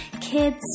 kids